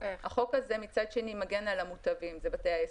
החוק הזה, מצד שני, מגן על המוטבים, זה בתי העסק.